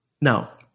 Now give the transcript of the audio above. Now